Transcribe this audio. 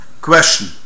Question